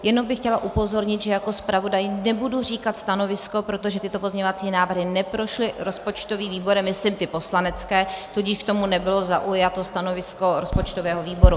Jenom bych chtěla upozornit, že jako zpravodaj nebudu říkat stanovisko, protože tyto pozměňovací návrhy neprošly rozpočtovým výborem, myslím ty poslanecké, tudíž k tomu nebylo zaujato stanovisko rozpočtového výboru.